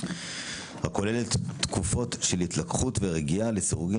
הכוללת תקופות של התלקחות ורגיעה לסירוגין